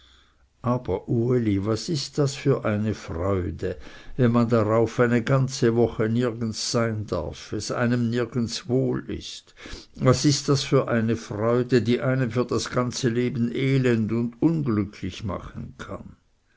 aber uli was ist das für eine freude wenn man darauf eine ganze woche nirgends sein darf es einem nirgends wohl ist was ist das für eine freude die einem für das ganze leben elend und unglücklich machen kann